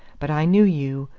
but i knew you!